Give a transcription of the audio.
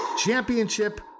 Championship